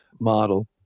model